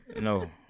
no